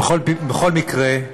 בכל מקרה,